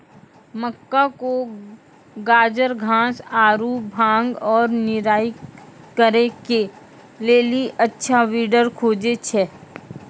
मक्का मे गाजरघास आरु भांग के निराई करे के लेली अच्छा वीडर खोजे छैय?